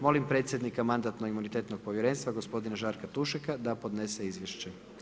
Molim predsjednika Mandatno-imunitetnog povjerenstva gospodina Žarka Tušeka da podnese Izvješće.